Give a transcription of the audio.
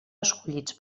escollits